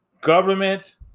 Government